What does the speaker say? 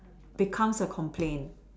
becomes a complaint